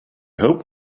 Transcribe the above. hope